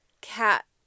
cat